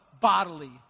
bodily